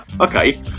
okay